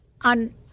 On